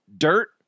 dirt